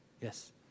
Yes